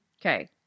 Okay